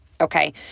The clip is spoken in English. Okay